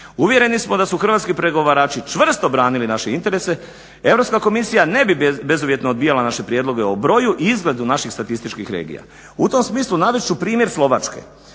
Uvjereni smo da su hrvatski pregovarači čvrsto branili naše interes Europska komisija ne bi bezuvjetno odbijala naše prijedloge o broju i izgledu naših statističkih regija. U tom smislu navest ću primjer Slovačke.